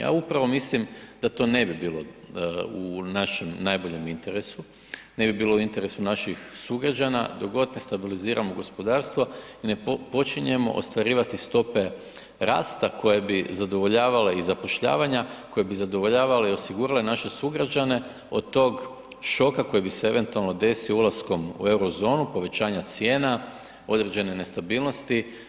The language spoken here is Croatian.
Ja upravo mislim da to ne bi bilo u našem najboljem interesu, ne bi bilo u interesu naših sugrađana dok god ne stabiliziramo gospodarstvo i ne počinjemo ostvarivati stope rasta koje bi zadovoljavale i zapošljavanja, koje bi zadovoljavale i osigurale naše sugrađane od tog šoka koji bi se eventualno desio ulaskom u Eurozonu, povećanja cijena, određene nestabilnosti.